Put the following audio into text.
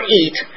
eat